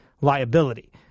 liability